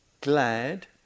glad